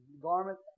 garment